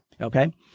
Okay